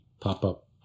pop-up